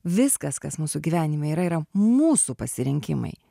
viskas kas mūsų gyvenime yra yra mūsų pasirinkimai